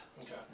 Okay